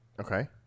okay